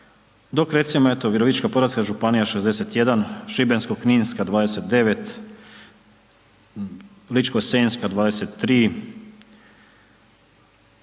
dok recimo eto Virovitičko-podravska županija 61, Šibensko-kninska 29, Ličko-senjska 23,